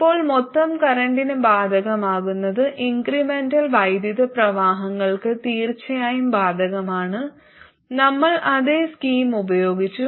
ഇപ്പോൾ മൊത്തം കറന്റിന് ബാധകമാകുന്നത് ഇൻക്രെമെന്റൽ വൈദ്യുത പ്രവാഹങ്ങൾക്ക് തീർച്ചയായും ബാധകമാണ് നമ്മൾ അതേ സ്കീം ഉപയോഗിച്ചു